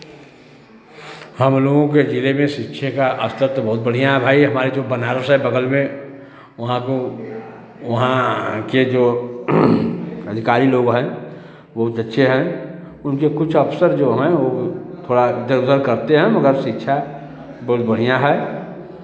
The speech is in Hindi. हम लोगों के जिले में शिक्षे का स्तर तो बहुत बढ़ियाँ है भाई हमारे जो बनारस है बगल में वहाँ पे वहाँ के जो अधिकारी लोग हैं बहुत अच्छे हैं उनके कुछ अफसर जो हैं ओ थोड़ा इधर उधर करते हैं मगर शिक्षा बहुत बढ़ियाँ है